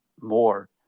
more